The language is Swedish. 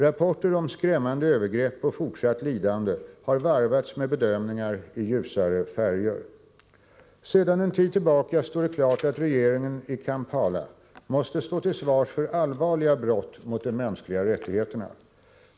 Rapporter om skrämmande övergrepp och fortsatt lidande har varvats med bedömningar i ljusare färger. Sedan en tid tillbaka står det klart att regeringen i Kampala måste stå till svars för allvarliga brott mot de mänskliga rättigheterna.